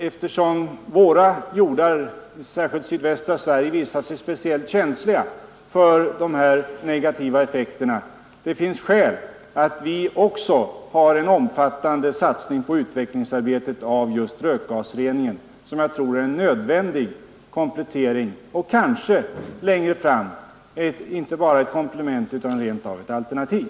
Eftersom våra jordar, särskilt i sydvästra Sverige, visat sig speciellt känsliga för dessa negativa effekter, anser jag att det också för oss finns skäl att göra en omfattande satsning på utvecklingsarbetet för just rökgasreningen. Jag tror det är en nödvändig komplettering, och kanske längre fram inte bara en komplettering utan rent av ett alternativ.